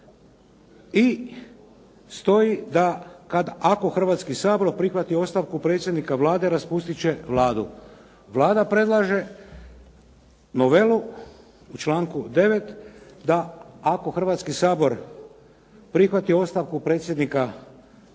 I stoji ako Hrvatski sabor prihvati ostavku predsjednika Vlade, raspustit će Vladu. Vlada predlaže novelu u članku 9. da ako Hrvatski sabor prihvati ostavku predsjednika Vlade,